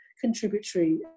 contributory